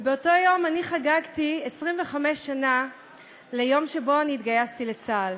ובאותו יום אני חגגתי 25 ליום שבו אני התגייסתי לצה"ל,